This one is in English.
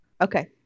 Okay